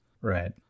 Right